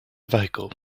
vehicle